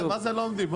מה זה לא עומדים?